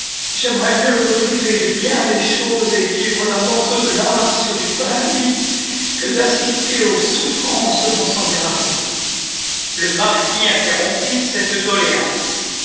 j'aimerais mieux me priver de bien des choses et vivre d'un morceau de lard sur du pain bis que d'assister aux souffrances de mon semblable le marquis interrompit cette doléance